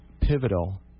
pivotal